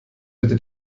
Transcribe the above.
bitte